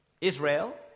Israel